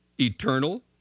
eternal